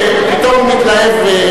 פתאום הוא מתלהב.